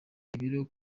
ibiro